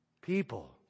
People